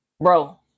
Bro